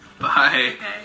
Bye